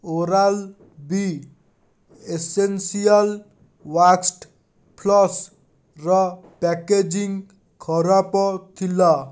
oral B essential waxed ଫ୍ଲସ୍ର packaging ଖରାପ ଥିଲା